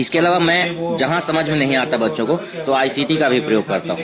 इसके अलावा मै जहां समझ में नहीं आता बच्चों को तो आईसीटी का भी प्रयोग करता हूं